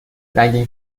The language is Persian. رنگین